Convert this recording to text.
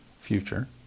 future